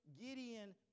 Gideon